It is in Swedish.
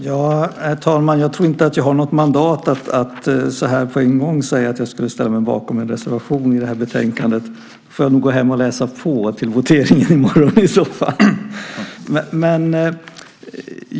Herr talman! Jag tror inte att jag har något mandat att så här på en gång säga att jag ställer mig bakom en reservation i det här betänkandet. Då får jag nog gå hem och läsa på till voteringen i morgon.